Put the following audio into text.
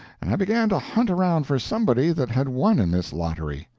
and i began to hunt around for somebody that had won in this lottery.